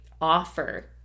offer